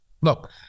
Look